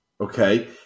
Okay